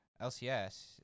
LCS